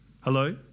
Hello